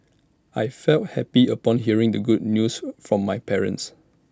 I felt happy upon hearing the good news from my parents